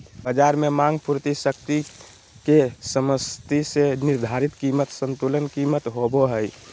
बज़ार में मांग पूर्ति शक्ति के समस्थिति से निर्धारित कीमत संतुलन कीमत होबो हइ